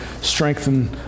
strengthen